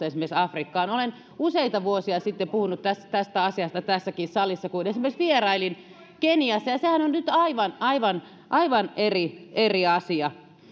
esimerkiksi afrikkaan olen useita vuosia sitten puhunut tästä tästä asiasta tässäkin salissa kun esimerkiksi vierailin keniassa ja ja sehän on on nyt aivan aivan eri eri asia